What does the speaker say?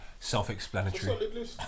Self-explanatory